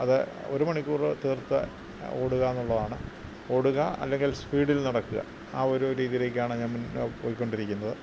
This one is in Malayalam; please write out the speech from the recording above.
അത് ഒരു മണിക്കൂറ് തീർത്ത് ഓടുക എന്നുള്ളതാണ് ഓടുക അല്ലെങ്കിൽ സ്പീഡിൽ നടക്കുക ആ ഒരു രീതിയിലേക്കാണ് ഞാൻ മുൻ പോയിക്കൊണ്ടിരിക്കുന്നത്